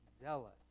zealous